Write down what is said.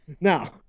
now